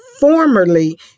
formerly